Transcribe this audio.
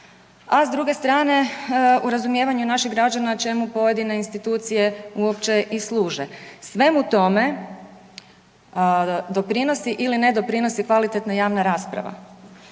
a s druge strane u razumijevanju naših građana čemu pojedine institucije uopće i služe. Svemu tome doprinosi ili ne doprinosi kvalitetna javna rasprava,